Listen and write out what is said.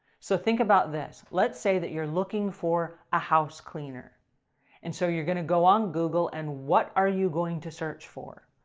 so, think about this. let's say that you're looking for a housecleaner. and so you're going to go on google, and what are you going to search for?